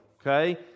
Okay